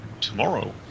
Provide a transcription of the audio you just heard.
tomorrow